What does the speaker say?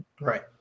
Right